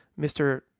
Mr